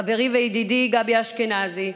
חברי וידידי גבי אשכנזי,